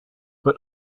but